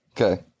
Okay